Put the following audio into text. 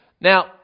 Now